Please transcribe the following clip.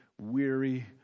weary